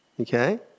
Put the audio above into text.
Okay